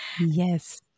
Yes